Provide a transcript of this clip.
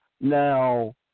Now